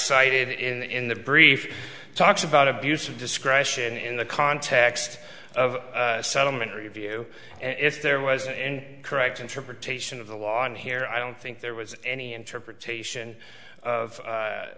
cited in the brief talks about abuse of discretion in the context of settlement review and if there was a correct interpretation of the law and here i don't think there was any interpretation of